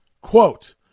Quote